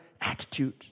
attitude